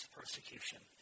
persecution